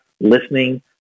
listening